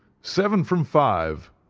seven from five,